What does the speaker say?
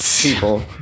people